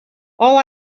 all